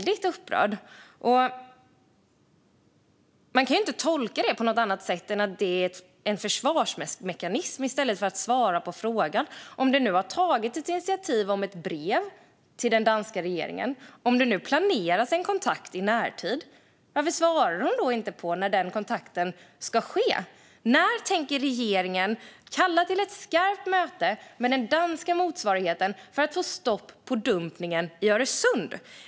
Det kan inte tolkas på något annat sätt än som en försvarsmekanism i stället för att hon svarar på frågan. Om det nu har tagits ett initiativ i form av ett brev till den danska regeringen och om det planeras en kontakt i närtid, varför svarar hon inte på när den kontakten ska ske? När tänker regeringen kalla till ett skarpt möte med den danska motsvarigheten för att få stopp på dumpningen i Öresund?